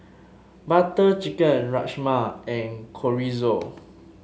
Butter Chicken Rajma and Chorizo